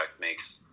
makes